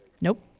Nope